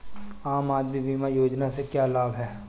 आम आदमी बीमा योजना के क्या लाभ हैं?